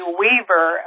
weaver